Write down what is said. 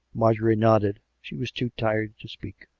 marjorie nodded she was too tired to speak.